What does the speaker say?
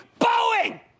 Boeing